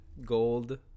Gold